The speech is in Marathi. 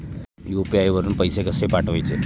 यु.पी.आय वरून पैसे कसे पाठवायचे?